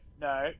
no